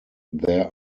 there